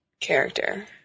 character